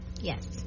Yes